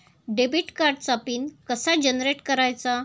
Debit कार्डचा pin कसा generate करायचा?